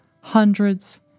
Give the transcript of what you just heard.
Hundreds